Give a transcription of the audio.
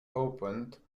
opened